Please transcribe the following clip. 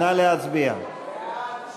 בצירוף מירב בן ארי, נגד, ושניים נמנעו.